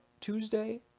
tuesday